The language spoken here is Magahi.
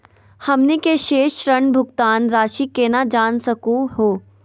हमनी के शेष ऋण भुगतान रासी केना जान सकू हो?